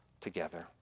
together